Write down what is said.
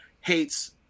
hates